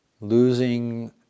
Losing